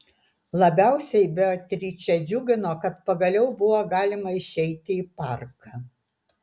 labiausiai beatričę džiugino kad pagaliau buvo galima išeiti į parką